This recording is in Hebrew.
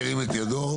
ירים את ידו.